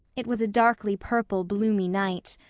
it was a darkly-purple bloomy night.